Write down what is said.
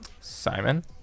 Simon